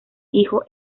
hijo